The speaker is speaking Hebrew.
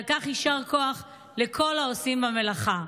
ועל כך יישר כוח לכל העושים במלאכה.